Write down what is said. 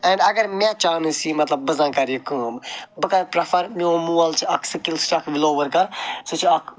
and اَگر مےٚ chance یی مطلب بہٕ زَن کرٕ یہِ کٲم بہٕ کرٕ پرٛٮ۪فَر میون مول چھِ اکھ سِکِل سُہ چھِ اَکھ وِلو ؤرکَر سُہ چھِ اکھ